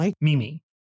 Mimi